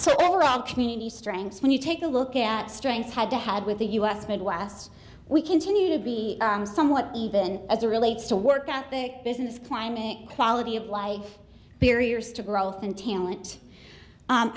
we're all community strengths when you take a look at strengths had to had with the u s midwest we continue to be somewhat even as a relates to work at the business climate quality of life barriers to growth and talent